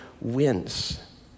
wins